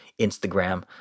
Instagram